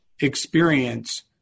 experience